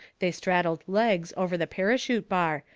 they straddled legs over the parachute bar,